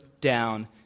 down